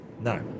No